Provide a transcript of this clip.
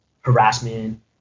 harassment